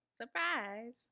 Surprise